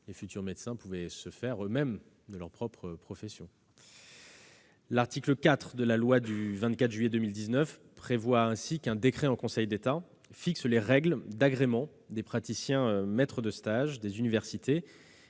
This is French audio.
les futurs médecins pouvaient se faire eux-mêmes de leur propre profession. L'article 4 de la loi du 24 juillet 2019 prévoit qu'un décret en Conseil d'État fixe les règles d'agrément des praticiens maîtres de stage des universités,